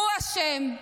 הוא אשם.